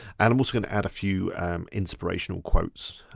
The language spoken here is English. and i'm also gonna add a few inspirational quotes.